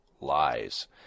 lies